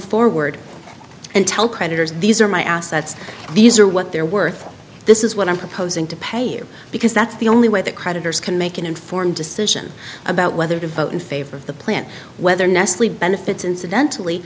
forward and tell creditors these are my assets these are what they're worth this is what i'm proposing to pay you because that's the only way the creditors can make an informed decision about whether to vote in favor of the plan whether nestle benefits incidentally